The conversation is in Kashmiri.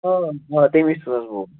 آ تٔمی سوٗزٕنَس بہٕ